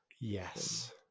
Yes